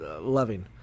loving